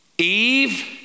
Eve